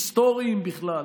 היסטוריים בכלל,